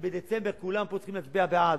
כי בדצמבר כולם פה צריכים להצביע בעד,